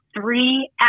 three